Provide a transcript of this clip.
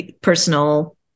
personal